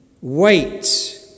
Wait